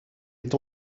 est